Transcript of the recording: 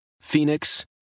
Phoenix